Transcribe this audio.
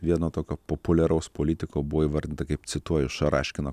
vieno tokio populiaraus politiko buvo įvardinta kaip cituoju šaraškino